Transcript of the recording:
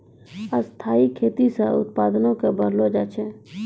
स्थाइ खेती से उत्पादो क बढ़लो जाय छै